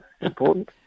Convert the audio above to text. important